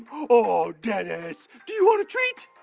oh, dennis. do you want a treat?